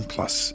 Plus